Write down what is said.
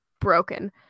broken